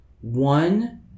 one